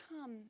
come